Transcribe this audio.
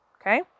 Okay